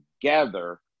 together